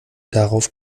darauf